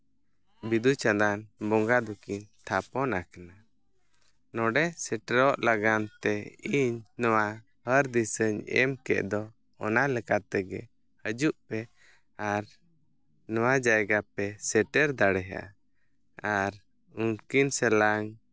ᱵᱤᱫᱩ ᱪᱟᱸᱫᱟᱱ ᱵᱚᱸᱜᱟ ᱫᱚᱠᱤᱱ ᱛᱷᱟᱯᱚᱱ ᱟᱠᱟᱱᱟ ᱱᱚᱰᱮ ᱥᱮᱴᱮᱨᱚᱜ ᱞᱟᱹᱜᱤᱫᱛᱮ ᱤᱧ ᱱᱚᱣᱟ ᱦᱚᱨ ᱫᱤᱥᱟᱹᱧ ᱮᱢ ᱠᱮᱫ ᱫᱚ ᱚᱱᱟ ᱞᱮᱠᱟ ᱛᱮᱜᱮ ᱦᱤᱡᱩᱜ ᱯᱮ ᱟᱨ ᱱᱚᱣᱟ ᱡᱟᱭᱜᱟ ᱯᱮ ᱥᱮᱴᱮᱨ ᱫᱟᱲᱮᱭᱟᱜᱼᱟ ᱟᱨ ᱩᱱᱠᱤᱱ ᱥᱟᱞᱟᱜ